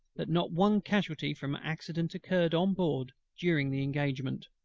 that not one casualty from accident occurred on board during the engagement.